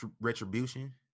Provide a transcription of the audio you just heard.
Retribution